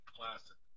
Classic